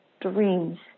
dreams